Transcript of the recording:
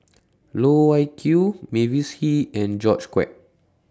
Loh Wai Kiew Mavis Hee and George Quek